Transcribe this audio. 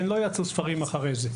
לא יצאו אחריהם עוד.